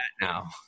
now